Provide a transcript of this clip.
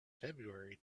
february